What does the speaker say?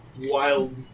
wild